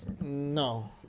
No